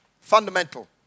Fundamental